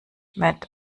mit